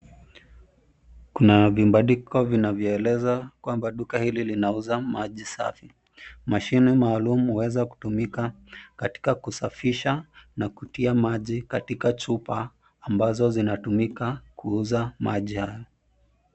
Kuna vibandiko vinavyoeleza kwamba duka hili linauza maji safi. Mashine maalumu huweza kutumika katika kusafisha na kutia maji katika chupa ambazo zinatumika kuuza maji haya.